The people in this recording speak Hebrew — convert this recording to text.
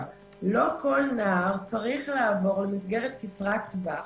לא כל נער צריך לעבור למסגרת קצרת טווח,